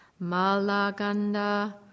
Malaganda